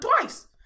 twice